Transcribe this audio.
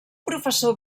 professor